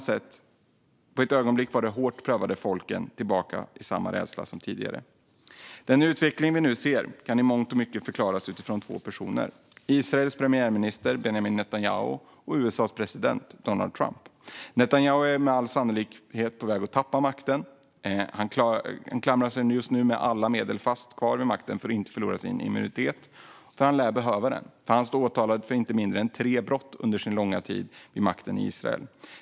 På ett ögonblick var de hårt prövade folken tillbaka i samma rädsla som tidigare. Den utveckling som vi nu ser kan i mångt och mycket förklaras utifrån två personer: Israels premiärminister Benjamin Netanyahu och USA:s president Donald Trump. Netanyahu är med all sannolikhet på väg att tappa makten. Han klamrar sig just nu med alla medel kvar vid makten för att inte förlora sin immunitet som han lär behöva. Han står nämligen åtalad för inte mindre än tre brott under sin långa tid vid makten i Israel.